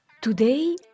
Today